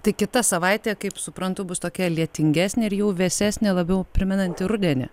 tai kita savaitė kaip suprantu bus tokia lietingesnė ir jau vėsesnė labiau primenanti rudenį